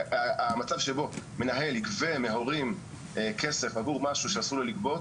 המצב שבו מנהל יגבה מההורים כסף עבור משהו שאסור לו לגבות,